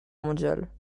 mondiale